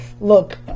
Look